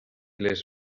les